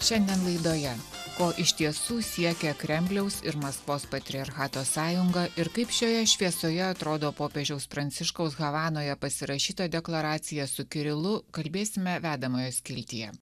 šiandien laidoje ko iš tiesų siekia kremliaus ir maskvos patriarchato sąjunga ir kaip šioje šviesoje atrodo popiežiaus pranciškaus havanoje pasirašyta deklaracija su kirilu kalbėsime vedamojo skiltyje